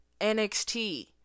NXT